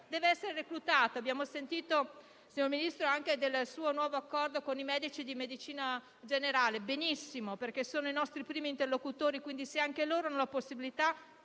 deve essere reclutato. Signor Ministro, abbiamo sentito anche del suo nuovo accordo con i medici di medicina generale: benissimo, perché sono i nostri primi interlocutori, per cui, se anche loro hanno la possibilità